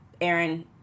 Aaron